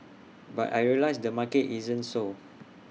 but I realised the market isn't so